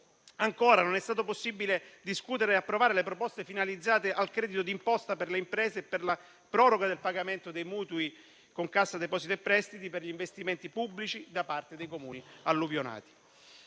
Inoltre, non è stato possibile discutere e approvare le proposte finalizzate al credito d'imposta per le imprese e per la proroga del pagamento dei mutui con Cassa depositi e prestiti per gli investimenti pubblici da parte dei Comuni alluvionati.